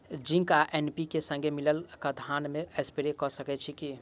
Zinc आ NPK, संगे मिलल कऽ धान मे स्प्रे कऽ सकैत छी की?